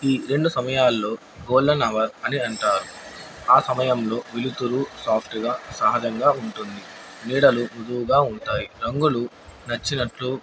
ఈ రెండు సమయాల్లో గోల్లెన్ అవర్ అని అంటారు ఆ సమయంలో వెలుతురు సాఫ్ట్గా సహజంగా ఉంటుంది నీడలు ముృదువుగా ఉంటాయి రంగులు నచ్చినట్లు